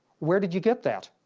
where did you get that?